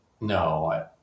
no